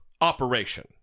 operation